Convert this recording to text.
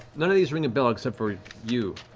none of these ring a bell, except for you,